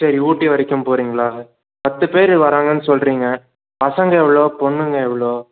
சரி ஊட்டி வரைக்கும் போறிங்களா பத்து பேர் வராங்கன்னு சொல்லுறிங்க பசங்க எவ்வளோ பொண்ணுங்க எவ்வளோ